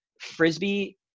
Frisbee